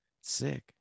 Sick